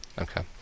Okay